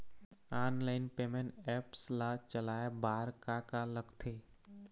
Online payment apps ला चलाए बार का का लगथे?